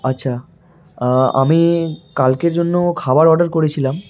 আচ্ছা আমি কালকের জন্য খাবার অর্ডার করেছিলাম